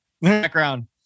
background